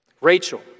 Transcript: Rachel